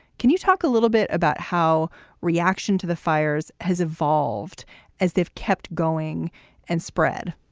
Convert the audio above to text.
can you talk a little bit about how reaction to the fires has evolved as they've kept going and spread?